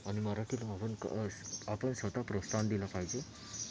आनि मराठी म्हणून क स आपन स्वतः प्रोत्साहन दिलं पाहिजे